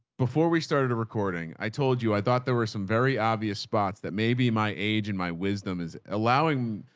before we started a recording, i told you, i thought there were some very obvious spots that may be my age. and my wisdom is allowing,